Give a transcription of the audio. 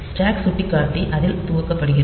stock சுட்டிக்காட்டி அதில் துவக்கப்படுகிறது